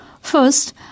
First